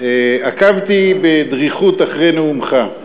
עקבתי בדריכות אחרי נאומך,